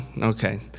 okay